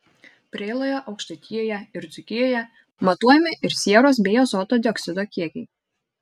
preiloje aukštaitijoje ir dzūkijoje matuojami ir sieros bei azoto dioksido kiekiai